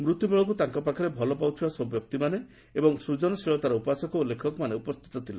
ମୃତ୍ୟୁବେଳକୁ ତାଙ୍କ ପାଖରେ ସେ ଭଲପାଉଥିବା ସବ୍ର ବ୍ୟକ୍ତିମାନେ ଏବଂ ସୂଜନଶୀଳତାର ଉପାସକ ଓ ଲେଖକମାନେ ଉପସ୍ଥିତ ଥିଲେ